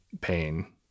pain